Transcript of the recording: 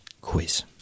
quiz